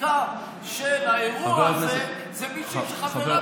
הבדיקה של האירוע הזה היא מישהי שחברה